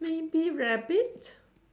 maybe rabbit